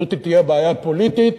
זו תהיה בעיה פוליטית,